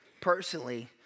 personally